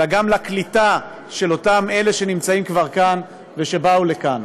אלא גם לקליטה של אותם אלה שנמצאים כבר כאן ושבאו לכאן.